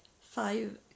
five